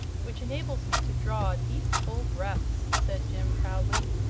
which enables me to draw deep, full breaths, said jim, proudly.